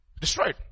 Destroyed